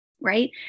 right